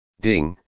Ding